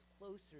closer